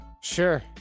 sure